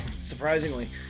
Surprisingly